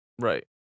Right